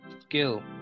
skill